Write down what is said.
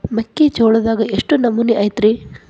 ಮೆಕ್ಕಿಜೋಳದಾಗ ಎಷ್ಟು ನಮೂನಿ ಐತ್ರೇ?